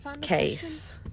case